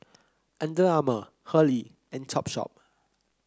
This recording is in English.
Under Armour Hurley and Topshop